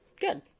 Good